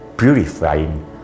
purifying